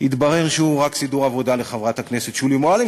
התברר שהוא רק סידור עבודה לחברת הכנסת שולי מועלם,